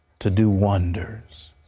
to do wonders,